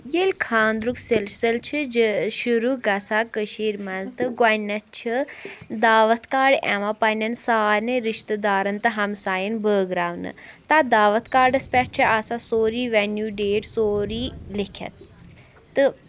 ییٚلہِ خانٛدرُک سِلسِل چھِ جٲ شُروٗع گژھان کٔشیٖر منٛز تہٕ گۄڈٕنٮ۪تھ چھِ دعوت کاڈ یِوان پَنٛنٮ۪ن سارنی رِشتہٕ دارَن تہٕ ہمسایَن بٲگراونہٕ تَتھ دعوت کاڈَس پٮ۪ٹھ چھِ آسان سورٕے ویٚنیوٗ ڈیٹ سورٕے لیکھِتھ تہٕ